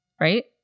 right